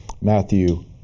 Matthew